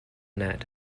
net